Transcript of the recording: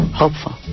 hopeful